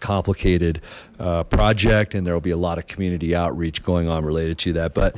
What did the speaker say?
complicated project and there will be a lot of community outreach going on related to that but